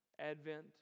Advent